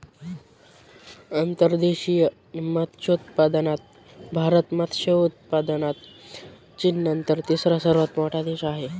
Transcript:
अंतर्देशीय मत्स्योत्पादनात भारत मत्स्य उत्पादनात चीननंतर तिसरा सर्वात मोठा देश आहे